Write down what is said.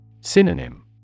Synonym